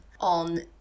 On